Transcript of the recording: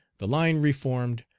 the line reformed,